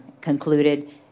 concluded